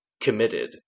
committed